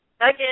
Again